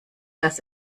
dass